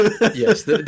Yes